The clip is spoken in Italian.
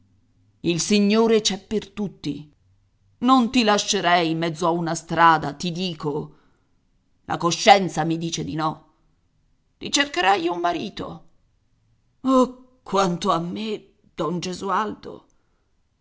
il signore c'è per tutti non ti lascerei in mezzo a una strada ti dico la coscienza mi dice di no ti cercherei un marito oh quanto a me don